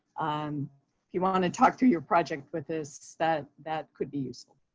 um you want want to talk through your project with this. that that could be useful.